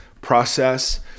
process